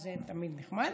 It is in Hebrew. שזה תמיד נחמד,